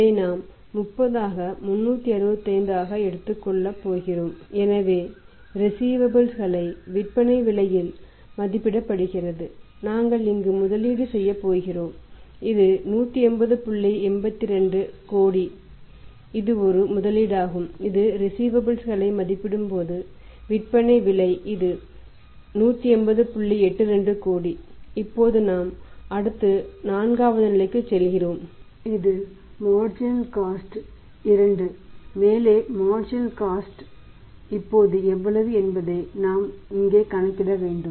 இதை நாம் 30 ஆக 365 ஆக எடுத்துக் கொள்ளப் போகிறோம் எனவே ரிஸீவபல்ஸ் இப்போது எவ்வளவு என்பதை நாம் இங்கே கணக்கிட வேண்டும்